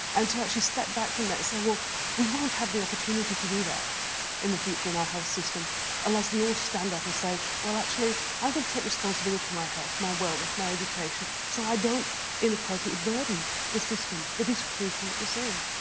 and to actually step back from that and say, well we won't have the opportunity to do that in the future in our health system unless we all stand up and say well actually i'm going to take responsibility for my health, my wellness, my education so i don't inappropriately burden the system that is creaking at the seams.